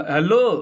Hello